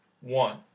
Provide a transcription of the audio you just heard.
one